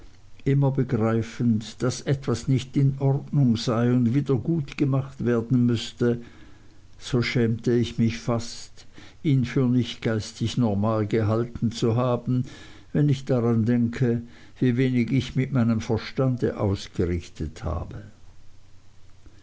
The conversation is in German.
immer begreifend daß etwas nicht in ordnung sei und wieder gut gemacht werden müßte so schäme ich mich fast ihn für nicht geistig normal gehalten zu haben wenn ich daran denke wie wenig ich mit meinem verstande ausgerichtet habe